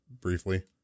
briefly